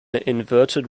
inverted